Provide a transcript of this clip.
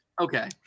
Okay